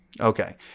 Okay